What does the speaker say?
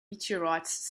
meteorites